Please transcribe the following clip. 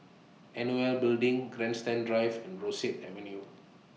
N O L Building Grandstand Drive and Rosyth Avenue